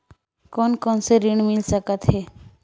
कोन कोन से ऋण मिल सकत हे?